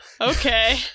Okay